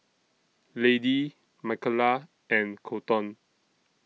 Lady Michaela and Kolton